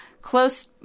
close